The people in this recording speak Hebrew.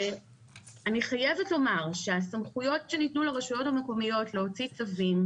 אני חייבת לומר שהסמכויות שניתנו לרשויות המקומיות להוציא צווים,